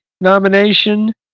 nomination